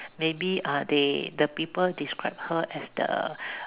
maybe uh they the people describe her as the